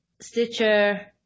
Stitcher